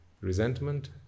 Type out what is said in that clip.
resentment